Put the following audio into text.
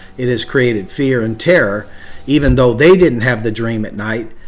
it has created fear and terror even though they didn't have the dream at night.